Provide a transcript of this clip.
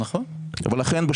ולכן,